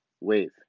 wave